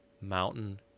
mountain